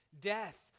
death